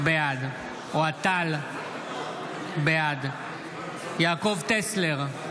בעד אוהד טל, בעד יעקב טסלר,